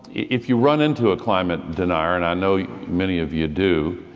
if you run into a climate denier and i know many of you do,